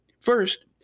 First